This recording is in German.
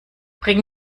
bring